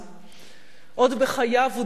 עוד בחייו הוא דיבר על חסרונה,